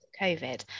COVID